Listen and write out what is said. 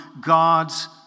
God's